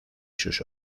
sus